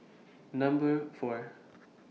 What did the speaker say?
Number four